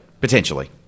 Potentially